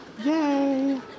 Yay